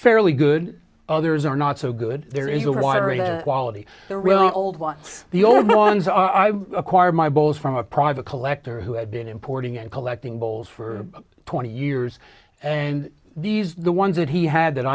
fairly good others are not so good there is a wide range of quality there were old one the older ones i acquired my bows from a private collector who had been importing and collecting bowls for twenty years and these the ones that he had that